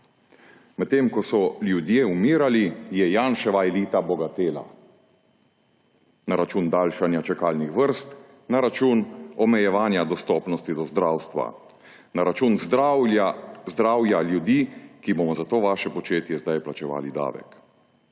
Medtem ko so ljudje umirali, je Janševa elita bogatela na račun daljšanja čakalnih vrst, na račun omejevanja dostopnosti do zdravstva, na račun zdravja ljudi, ki bomo za to vaše početje sedaj plačevali davek.